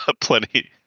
plenty